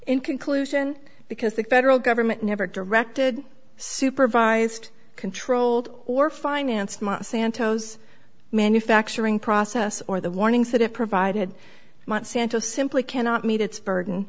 in conclusion because the federal government never directed supervised controlled or financed monsanto's manufacturing process or the warnings that it provided monsanto simply cannot meet its burden